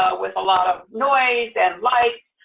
ah with a lot of noise and lights,